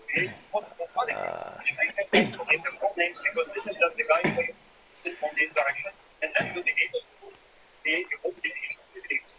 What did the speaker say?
uh